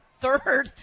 third